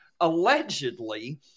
allegedly